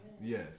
Yes